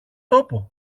τόπο